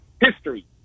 history